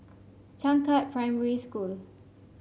Changkat Primary School